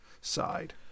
side